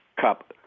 Cup